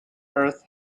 earth